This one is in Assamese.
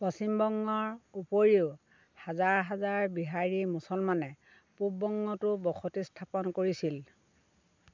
পশ্চিমবংগৰ উপৰিও হাজাৰ হাজাৰ বিহাৰী মুছলমানে পূব বংগতো বসতি স্থাপন কৰিছিল